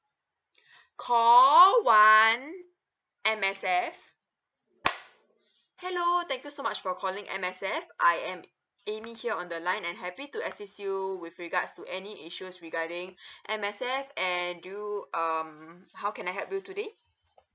call one M_S_F hello thank you so much for calling M_S_F I am amy here on the line and happy to assist you with regards to any issues regarding M_S_F and you um how can I help you today